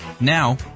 Now